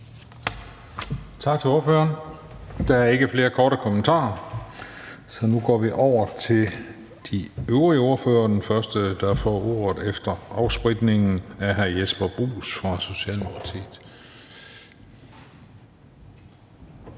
Tak til ordføreren. Der er ikke flere korte bemærkninger, så nu går vi over til de øvrige ordførere. Den første, der får ordet efter afspritningen, er hr. Jesper Bruus fra Socialdemokratiet.